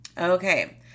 Okay